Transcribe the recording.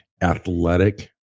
athletic